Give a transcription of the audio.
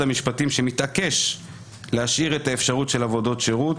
המשפטים שמתעקש להשאיר את האפשרות של עבודות שירות,